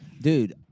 dude